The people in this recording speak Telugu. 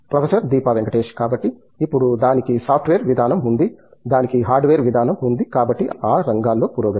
ప్రొఫెసర్ దీపా వెంకటేష్ కాబట్టి ఇప్పుడు దానికి సాఫ్ట్వేర్ విధానం ఉంది దానికి హార్డ్వేర్ విధానం ఉంది కాబట్టి అవి ఆ రంగాలో పురోగతి